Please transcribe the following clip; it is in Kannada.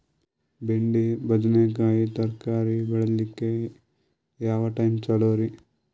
ಬೆಂಡಿ ಬದನೆಕಾಯಿ ತರಕಾರಿ ಬೇಳಿಲಿಕ್ಕೆ ಯಾವ ಟೈಮ್ ಚಲೋರಿ?